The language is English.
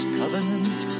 covenant